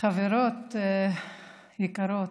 חברות יקרות,